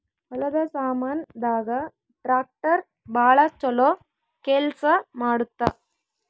ಹೊಲದ ಸಾಮಾನ್ ದಾಗ ಟ್ರಾಕ್ಟರ್ ಬಾಳ ಚೊಲೊ ಕೇಲ್ಸ ಮಾಡುತ್ತ